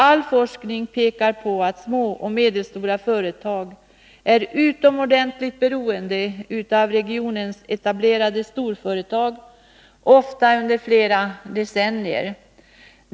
All forskning pekar på att småoch medelstora företag är utomordentligt beroende av regionens etablerade storföretag ofta under flera decennier.